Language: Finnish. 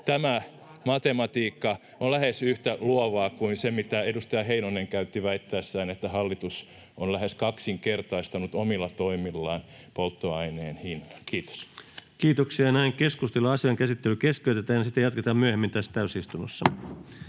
Tämä matematiikka on lähes yhtä luovaa kuin se, mitä edustaja Heinonen käytti väittäessään, että hallitus on lähes kaksinkertaistanut omilla toimillaan polttoaineen hinnan. — Kiitos. Kiitos, arvoisa puhemies! Todellakin LVM:n, liikenteen alan budjettijutuista: